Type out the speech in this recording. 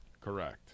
Correct